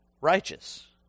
righteous